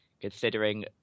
considering